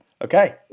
Okay